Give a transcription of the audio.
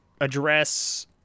address